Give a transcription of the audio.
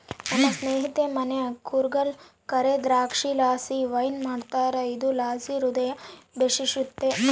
ನನ್ನ ಸ್ನೇಹಿತೆಯ ಮನೆ ಕೂರ್ಗ್ನಾಗ ಕರೇ ದ್ರಾಕ್ಷಿಲಾಸಿ ವೈನ್ ಮಾಡ್ತಾರ ಇದುರ್ಲಾಸಿ ಹೃದಯ ಬೇಶಿತ್ತು